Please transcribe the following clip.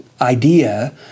idea